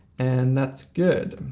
and that's good.